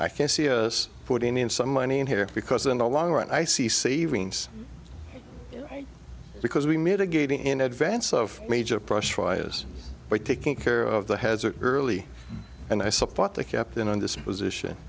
i can see as putting in some money in here because in the long run i see savings because we mitigating in advance of major price rises by taking care of the hazard early and i support the captain on this position